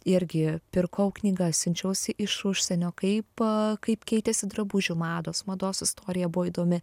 irgi pirkau knygas siunčiausi iš užsienio kaip kaip keitėsi drabužių mados mados istorija buvo įdomi